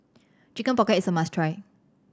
Chicken Pocket is a must try